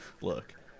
look